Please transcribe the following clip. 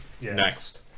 next